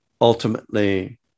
ultimately